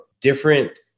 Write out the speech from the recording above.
different